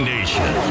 Nation